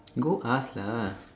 go ask lah